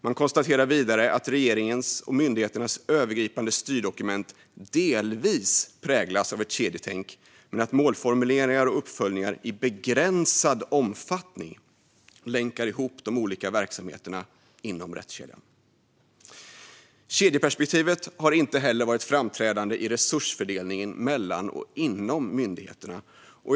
Man konstaterar vidare att regeringens och myndigheternas övergripande styrdokument delvis präglas av ett kedjetänk men att målformuleringar och uppföljningar i begränsad omfattning länkar ihop de olika verksamheterna inom rättskedjan. Kedjeperspektivet har inte heller varit framträdande i resursfördelningen mellan och inom myndigheterna.